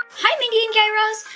hi, mindy and guy raz.